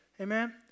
Amen